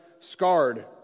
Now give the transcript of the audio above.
scarred